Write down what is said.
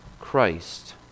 Christ